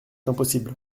impossible